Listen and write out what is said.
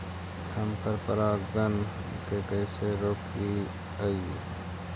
हम पर परागण के कैसे रोकिअई?